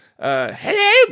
Hey